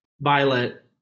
Violet